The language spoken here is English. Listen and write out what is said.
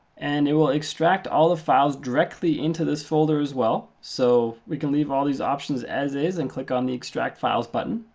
and it will extract all the files directly into this folder as well. so we can leave all these options as is and click on the extract files button.